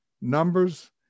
numbers